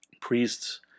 priests